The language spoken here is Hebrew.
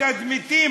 תדמיתית,